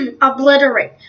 obliterate